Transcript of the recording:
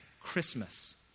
Christmas